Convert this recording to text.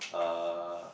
uh